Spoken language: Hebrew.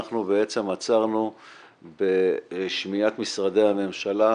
אנחנו עצרנו בשמיעת משרדי הממשלה,